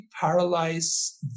paralyze